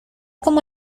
como